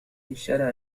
اشترى